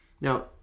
Now